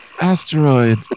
asteroid